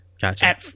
Gotcha